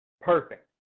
perfect